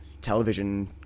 television